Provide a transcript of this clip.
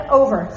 over